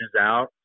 out